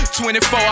24